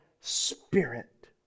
spirit